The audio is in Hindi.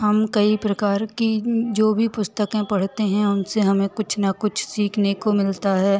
हम कई प्रकार की जो भी पुस्तकें पढ़ते हैं उनसे हमें कुछ ना कुछ सीखने को मिलता है